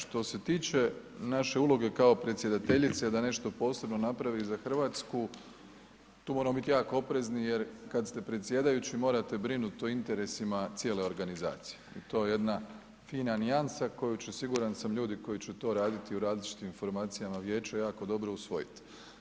Što se tiče naše uloge kao predsjedateljice da nešto posebno napravi za Hrvatsku tu moramo biti jako oprezni jer kad ste predsjedajući morate brinuti o interesima cijele organizacije, to je jedna fina nijansa koju će siguran sam ljudi koji će to raditi u različitim formacijama vijeća jako dobro usvojiti.